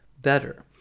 better